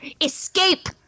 escape